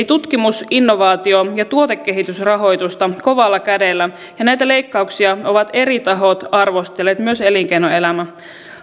tutkimus innovaatio ja tuotekehitysrahoitusta kovalla kädellä näitä leikkauksia ovat eri tahot arvostelleet myös elinkeinoelämä